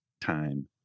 time